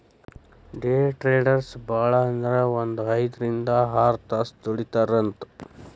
ಡೆ traders ಭಾಳಂದ್ರ ಒಂದ್ ಐದ್ರಿಂದ್ ಆರ್ತಾಸ್ ದುಡಿತಾರಂತ್